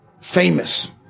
Famous